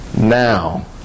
now